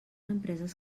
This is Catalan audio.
empreses